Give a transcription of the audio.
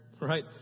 Right